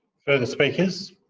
further speakers?